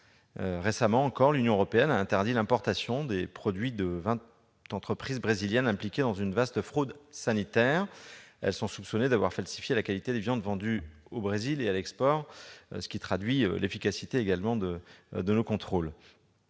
sanitaire. L'Union européenne a récemment interdit l'importation des produits de vingt entreprises brésiliennes impliquées dans une vaste fraude sanitaire. Elles sont soupçonnées d'avoir falsifié la qualité des viandes vendues au Brésil et à l'export. Cela traduit également l'efficacité de nos contrôles.